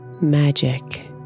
Magic